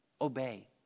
Obey